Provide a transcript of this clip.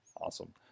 awesome